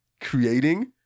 creating